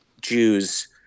Jews